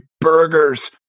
burgers